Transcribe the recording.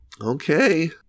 Okay